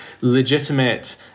legitimate